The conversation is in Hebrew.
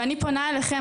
ואני פונה אליכם,